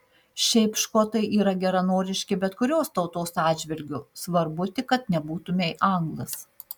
šiaip škotai yra geranoriški bet kurios tautos atžvilgiu svarbu tik kad nebūtumei anglas